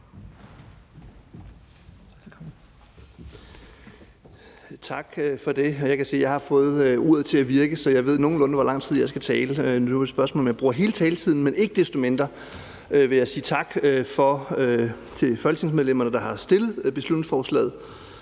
kan se, at jeg har fået uret til at virke, så jeg ved nogenlunde, hvor lang tid jeg skal tale. Nu er det et spørgsmål, om jeg bruger hele taletiden, men ikke desto mindre vil jeg sige tak til de folketingsmedlemmer, der har fremsat beslutningsforslaget.